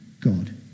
God